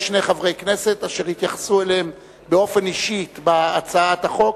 יש שני חברי כנסת אשר התייחסו אליהם באופן אישי בהצעת החוק,